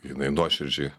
jinai nuoširdžiai